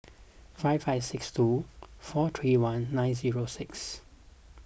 five five six two four three one nine zero six